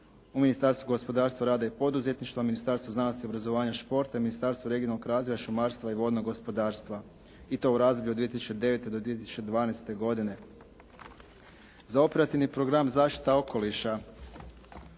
u Ministarstvu gospodarstva, rada i poduzetništva, u Ministarstvu znanosti, obrazovanja i športa i Ministarstvu regionalnog razvoja šumarstva i vodnog gospodarstva i to u razdoblju od 2009. do 2012. godine. Za operativni program "Zaštita okoliša",